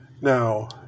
Now